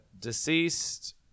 Deceased